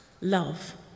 Love